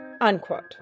unquote